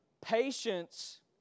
Patience